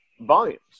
volumes